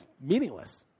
meaningless